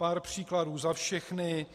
Pár příkladů za všechny: